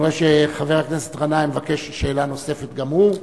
אני רואה שחבר הכנסת גנאים מבקש שאלה נוספת גם הוא,